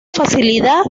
facilidad